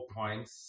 points